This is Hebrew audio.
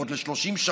ועוד ל-30 שנה,